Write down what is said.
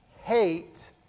hate